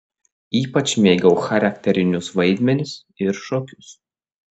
ypač mėgau charakterinius vaidmenis ir šokius